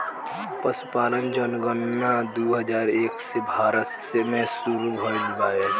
पसुपालन जनगणना दू हजार एक से भारत मे सुरु भइल बावे